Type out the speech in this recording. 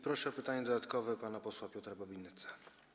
Proszę o pytanie dodatkowe pana posła Piotra Babinetza.